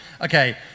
Okay